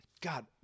God